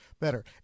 better